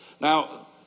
Now